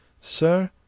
Sir